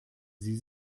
sie